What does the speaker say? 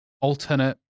alternate